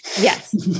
Yes